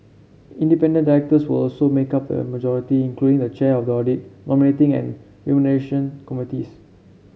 independent directors will also make up the majority including the chair of the audit nominating and committees